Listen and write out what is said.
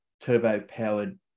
turbo-powered